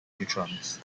neutrons